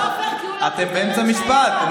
אתם באמצע משפט.